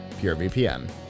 PureVPN